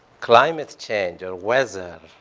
climates change or weather.